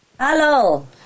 Hello